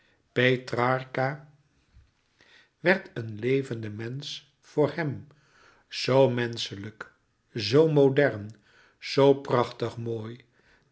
petrarca werd een levend mensch voor hem z menschelijk z modern z prachtig mooi